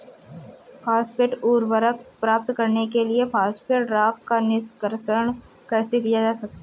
Phosphate उर्वरक प्राप्त करने के लिए फॉस्फेट रॉक का निष्कर्षण कैसे किया जाता है?